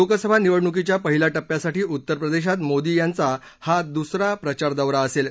लोकसभा निवडणुकीच्या पहिल्या टप्प्यासाठी उत्तर प्रेदशात मोदी यांचा हा दुसरा प्रचारदौरा असेल